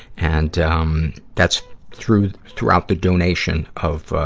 and, um, that's through, throughout the donation of, ah,